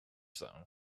zone